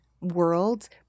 worlds